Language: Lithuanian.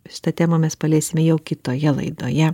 šitą temą mes paliesime jau jau kitoje laidoje